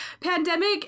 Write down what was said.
pandemic